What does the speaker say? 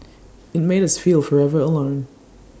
IT made us feel forever alone